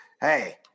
hey